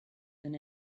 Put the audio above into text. than